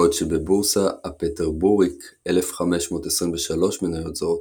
בעוד שבבורסה הפטרבורגית 1,523 מניות זרות,